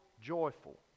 joyful